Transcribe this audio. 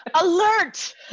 Alert